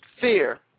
fear